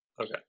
Okay